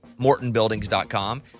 MortonBuildings.com